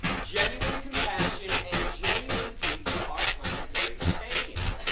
genuine compassion and genuine peace for our planetary companions!